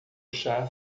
chá